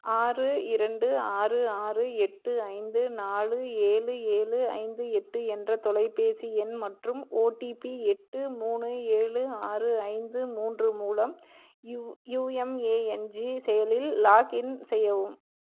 ஆறு இரண்டு ஆறு ஆறு எட்டு ஐந்து நாலு ஏழு ஏழு ஐந்து எட்டு என்ற தொலைபேசி எண் மற்றும் ஓடிபி எட்டு மூணு ஏழு ஆறு ஐந்து மூன்று மூலம் யுஎம்ஏஎன்ஜி செயலில் லாகின் செய்யவும்